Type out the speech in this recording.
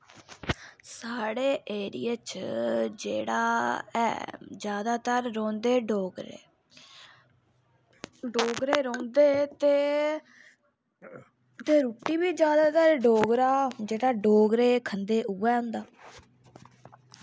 साढ़े एरिया च जेह्ड़ा ऐ जैदातर रौहंदे डोगरे डोगरे रौहंदे ते ते रुट्टी बी जैदातर डोगरा जेह्ड़ा डोगरे खंदे उऐ होंदा